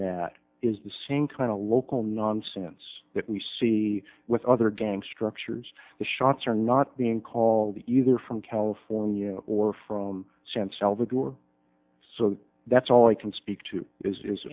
that is the same kind of local nonsense that we see with other gang structures the shots are not being called the either from california or from san salvador so that's all i can speak to is is